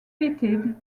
fitted